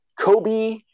Kobe